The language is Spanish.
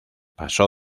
pasó